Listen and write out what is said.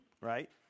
right